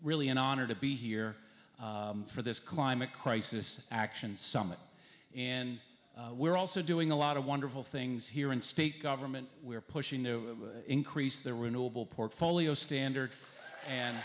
really an honor to be here for this climate crisis action summit and we're also doing a lot of wonderful things here in state government we're pushing to increase there were noble portfolio standard and